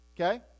okay